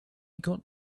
got